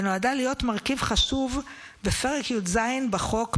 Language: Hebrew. ונועדה להיות מרכיב חשוב בפרק י"ז בחוק,